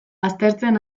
aztertzen